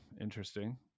interesting